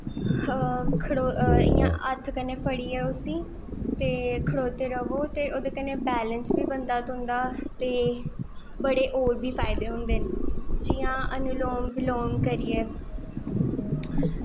इयां हत्थ कन्नैं फड़ियै उसी खड़ोते रवे ते तुंदे कन्नैं बैलैंस बी बनदा तुंदा ते बड़े होर बी फायदे होंदे न दियां अनुलोम बिलोम करियै